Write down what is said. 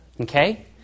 Okay